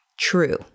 true